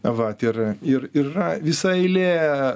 vat ir ir yra visa eilė